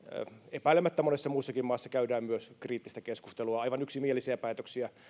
epäilemättä monessa muussakin maassa käydään myös kriittistä keskustelua aivan yksimielisiä päätöksiä